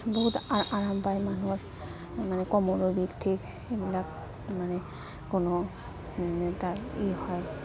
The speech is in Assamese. বহুত আ আৰাম পায় মানুহৰ মানে কমৰৰ বিষ ঠিক এইবিলাক মানে কোনো